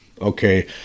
okay